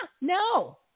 No